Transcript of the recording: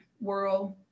world